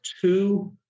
two